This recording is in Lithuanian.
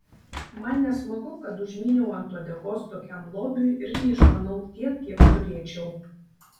man nesmagu kad užmyniau ant uodegos tokiam lobiui ir neišmanau tiek kiek turėčiau